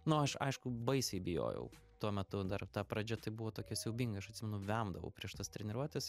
nu aš aišku baisiai bijojau tuo metu dar ta pradžia tai buvo tokia siaubinga aš atsimenu vemdavau prieš tas treniruotes